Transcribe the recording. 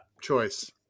choice